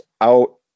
out